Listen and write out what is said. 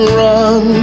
run